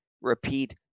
repeat